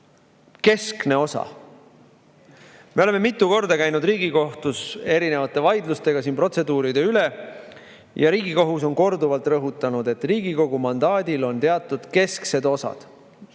keskne osa. Me oleme mitu korda käinud Riigikohtus erinevate vaidlustega protseduuride üle. Riigikohus on korduvalt rõhutanud, et Riigikogu [liikme] mandaadil on teatud kesksed osad,